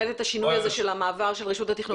את השינוי הזה של המעבר של רשות התכנון.